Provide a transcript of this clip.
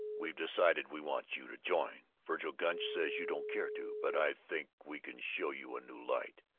we've decided we want you to join. vergil gunch says you don't care to, but i think we can show you a new light.